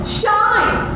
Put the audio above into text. shine